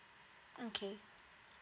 okay